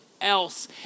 Else